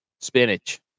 Spinach